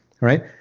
right